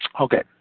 Okay